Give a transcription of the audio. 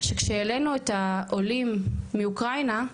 שכשהעלנו את העולים מאוקראינה,